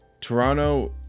Toronto